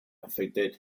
affected